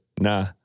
nah